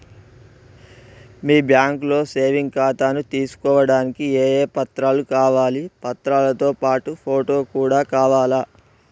మీ బ్యాంకులో సేవింగ్ ఖాతాను తీసుకోవడానికి ఏ ఏ పత్రాలు కావాలి పత్రాలతో పాటు ఫోటో కూడా కావాలా?